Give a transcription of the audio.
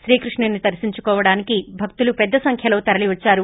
శ్రీకృష్ణుని దర్శించుకోడానికి భక్తులు పెద్ద సంఖ్యలో తరలివచ్చారు